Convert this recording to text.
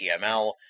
HTML